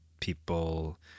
people